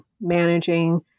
managing